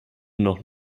noch